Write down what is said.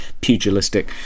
pugilistic